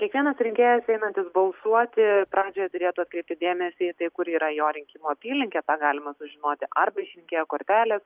kiekvienas rinkėjas einantis balsuoti pradžioje turėtų atkreipti dėmesį į tai kur yra jo rinkimų apylinkė tą galima sužinoti arba iš rinkėjo kortelės